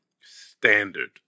standard